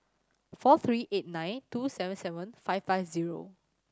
four three eight nine two seven seven five five zero